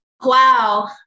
Wow